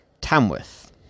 Tamworth